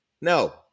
No